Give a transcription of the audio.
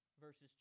Verses